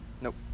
Nope